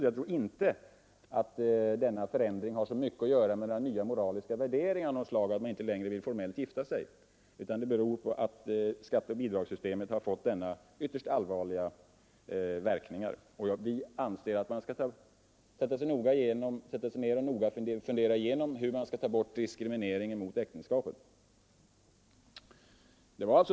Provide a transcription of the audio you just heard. Jag tror inte att denna förändring så mycket har att göra med nya moraliska värderingar av något slag, så att man inte längre vill formellt gifta sig, utan att. det beror på att skatteoch bidragssystemet fått denna utformning. Vi anser att man bör noga fundera igenom hur diskrimineringen mot äktenskapet skall tas bort.